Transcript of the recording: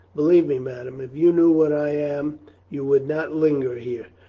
believe me, madame, if you knew what i am you would not linger here.